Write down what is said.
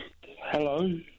Hello